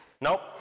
Nope